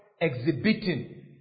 exhibiting